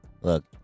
look